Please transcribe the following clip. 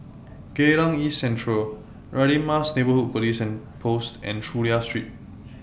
Geylang East Central Radin Mas Neighbourhood Police Post and Chulia Street